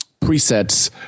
presets